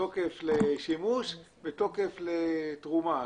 תוקף לשימוש ותוקף לתרומה.